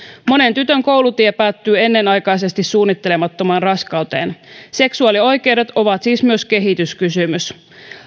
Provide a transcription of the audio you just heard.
monen tytön koulutie päättyy ennenaikaisesti suunnittelemattomaan raskauteen seksuaalioikeudet ovat siis myös kehityskysymys